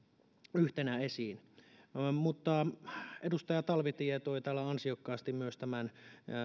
yhtenä esiin edustaja talvitie toi täällä ansiokkaasti myös tämän